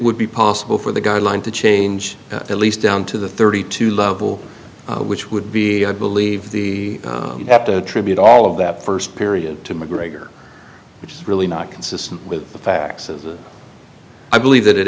would be possible for the guideline to change at least down to the thirty two level which would be i believe the have to attribute all of that first period to mcgregor which is really not consistent with the facts of i believe that it